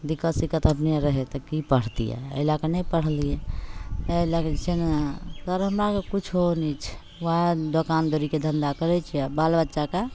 दिक्कत सिक्कत अपने रहै तऽ कि पढ़तिए एहि लैके नहि पढ़लिए एहि लैके जे छै ने सर हमरा आओरके किछु नहि छै वएह दोकानदौरीके धन्धा करै छिए आओर बाल बच्चाकेँ